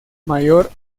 mayor